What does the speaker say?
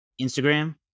instagram